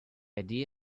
idea